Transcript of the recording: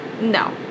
No